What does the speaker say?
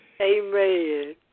Amen